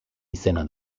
izena